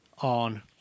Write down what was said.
on